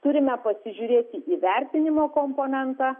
turime pasižiūrėti į vertinimo komponentą